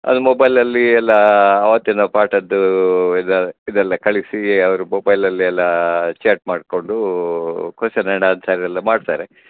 ಅದು ಮೊಬೈಲಲ್ಲಿ ಎಲ್ಲ ಅವತ್ತಿನ ಪಾಠದ್ದು ಇದು ಇದೆಲ್ಲ ಕಳಿಸಿ ಅವ್ರು ಮೊಬೈಲಲ್ಲೆಲ್ಲ ಚಾಟ್ ಮಾಡ್ಕೊಂಡು ಕೊಶ್ಶನ್ ಎಂಡ್ ಅನ್ಸರ್ ಎಲ್ಲ ಮಾಡ್ತಾರೆ